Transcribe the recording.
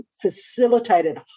facilitated